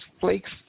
flakes